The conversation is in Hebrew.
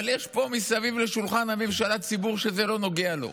אבל יש פה מסביב לשולחן הממשלה ציבור שזה לא נוגע לו.